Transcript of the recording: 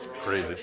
Crazy